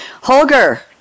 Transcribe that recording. Holger